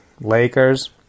Lakers